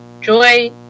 Joy